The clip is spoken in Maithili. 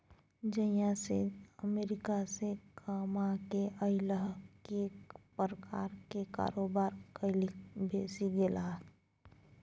जहिया सँ अमेरिकासँ कमाकेँ अयलाह कैक प्रकारक कारोबार खेलिक बैसि गेलाह